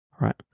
right